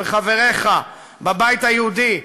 וחבריך בבית היהודי,